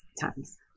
times